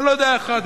אני לא יודע איך את,